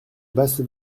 basse